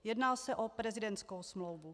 Jedná se o prezidentskou smlouvu.